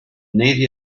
navy